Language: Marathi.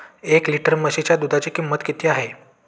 एक लिटर म्हशीच्या दुधाची किंमत किती आहे?